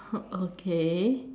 okay